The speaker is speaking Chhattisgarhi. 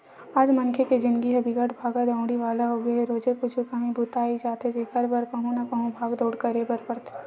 आज मनखे के जिनगी ह बिकट भागा दउड़ी वाला होगे हे रोजे कुछु काही बूता अई जाथे जेखर बर कहूँ न कहूँ भाग दउड़ करे बर परथे